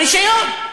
ברישיון.